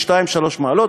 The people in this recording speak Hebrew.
ב-2 3 מעלות,